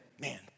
man